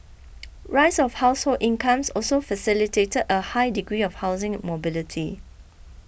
rise of household incomes also facilitated a high degree of housing mobility